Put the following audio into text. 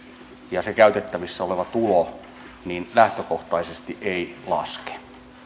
ja se käytettävissä oleva tulo lähtökohtaisesti ei laske